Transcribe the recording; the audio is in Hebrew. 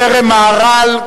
מכרם-מהר"ל,